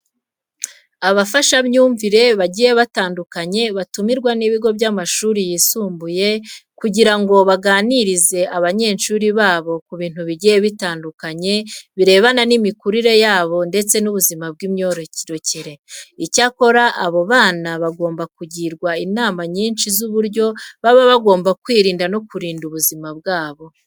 Abafashamyumvire bagiye batandukanye batumirwa n'ibigo by'amashuri yisumbuye, kugira ngo baganirize abanyeshuri babo ku bintu bigiye bitandukanye birebana n'imikurire yabo ndetse n'ubuzima bw'imyororokere. Icyakora aba bana baba bagomba kugirwa inama nyinshi z'uburyo baba bagomba kwirinda no kurinda ubuzima bwabo.